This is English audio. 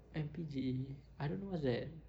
M_P_G_E I don't know what's that